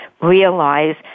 realize